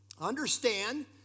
Understand